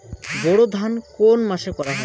বোরো ধান কোন মাসে করা হয়?